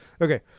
Okay